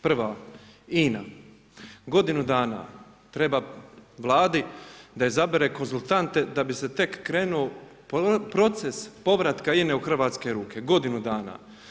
Prva INA, godinu dana treba Vladi da izabere konzultante da bi se tek krenulo proces povratka INA-e u hrvatske ruke, godinu dana.